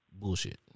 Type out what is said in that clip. bullshit